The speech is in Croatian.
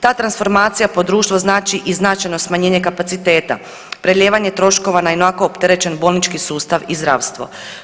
Ta transformacija po društvo znači i značajno smanjenje kapaciteta, prelijevanje troškova na ionako opterećen bolnički sustav i zdravstvo.